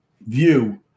view